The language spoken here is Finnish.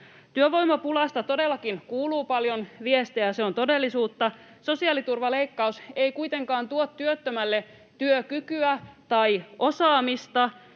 Työvoimapulasta todellakin kuuluu paljon viestejä, ja se on todellisuutta. Sosiaaliturvaleikkaus ei kuitenkaan tuo työttömälle työkykyä tai osaamista,